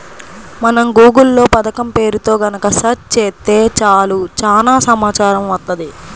మనం గూగుల్ లో పథకం పేరుతో గనక సెర్చ్ చేత్తే చాలు చానా సమాచారం వత్తది